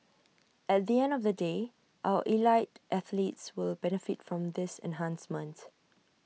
at the end of the day our elite athletes will benefit from this enhancement